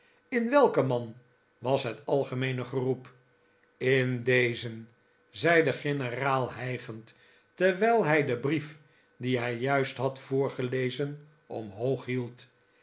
in welken man was net algemeene geroep in dezen zei de generaal hijgend terwijl hij den brief dien hij juist had voorgelezen omhoog hield